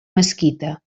mesquita